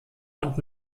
und